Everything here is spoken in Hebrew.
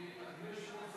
אדוני היושב-ראש,